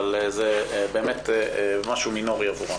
אבל זה משהו מינורי עבורם.